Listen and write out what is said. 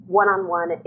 one-on-one